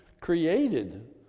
created